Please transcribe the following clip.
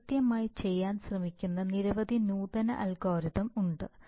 ഇവ കൃത്യമായി ചെയ്യാൻ ശ്രമിക്കുന്ന നിരവധി നൂതന അൽഗോരിതം ഉണ്ട്